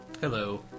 Hello